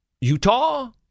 Utah